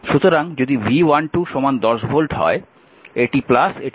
সুতরাং যদি V12 10 volt এটি